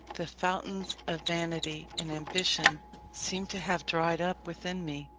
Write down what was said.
the fountains of vanity and ambition seemed to have dried up within me,